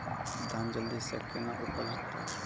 धान जल्दी से के ना उपज तो?